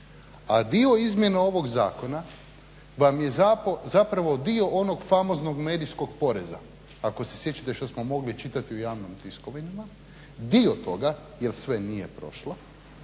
a dio izmjena ovog zakona vam je zapravo dio onog famoznog medijskog poreza. Ako se sjećate što smo mogli čitati u javnim tiskovinama, dio toga jer sve nije prošlo,